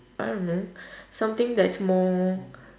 I don't know something that's more